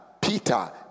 Peter